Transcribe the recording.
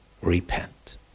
repent